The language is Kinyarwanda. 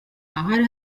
hari